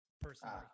personally